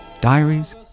Diaries